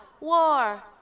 war